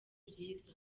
byiza